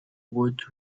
would